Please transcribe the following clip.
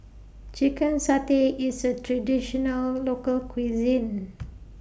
Chicken Satay IS A Traditional Local Cuisine